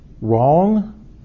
wrong